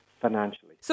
financially